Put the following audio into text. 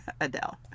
Adele